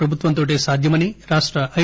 ప్రభుత్వంతోటే సాధ్యమని రాష్ట ఐ